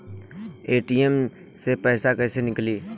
ATM से पैसा कैसे नीकली?